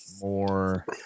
more